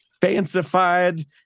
fancified